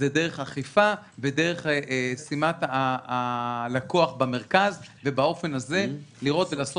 זו דרך אכיפה ודרך שימת הלקוח במרכז באופן הזה לראות ולעשות